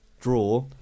Draw